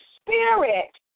spirit